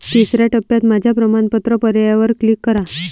तिसर्या टप्प्यात माझ्या प्रमाणपत्र पर्यायावर क्लिक करा